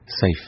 safe